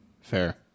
Fair